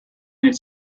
its